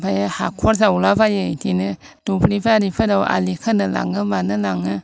ओमफ्राय हाखर जावला बायो बिदिनो दुब्लिबारिफोराव आलि खोनो ला़ङो मानो लाङो